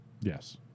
Yes